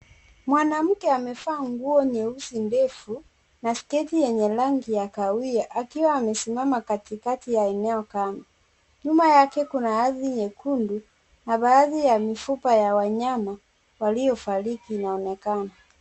Mwanamke amevaa nguo nyeusi ndefu ya sketi ya rangi ya kahawia akiwa amesimama a katikati ya eneo kame, nyuma yake kuna ardhi nyekundu na baadhi ya mifupa ya wanyama waliofariki inaonekana.